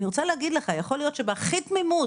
אני רוצה להגיד לך שיכול להיות שבהכי תמימות